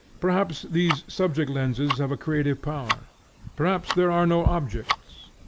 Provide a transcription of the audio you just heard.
perhaps these subject-lenses have a creative power perhaps there are no objects.